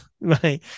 right